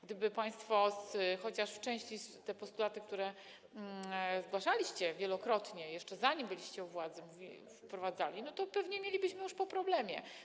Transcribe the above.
Gdyby państwo chociaż w części te postulaty, które zgłaszaliście wielokrotnie, jeszcze zanim byliście u władzy, wprowadzali, to pewnie byłoby już po problemie.